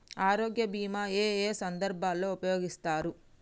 ఆరోగ్య బీమా ఏ ఏ సందర్భంలో ఉపయోగిస్తారు?